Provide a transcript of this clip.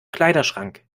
kleiderschrank